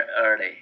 early